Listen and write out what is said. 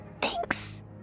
Thanks